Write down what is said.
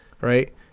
right